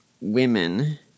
women